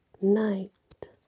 night